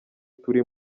turi